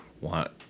want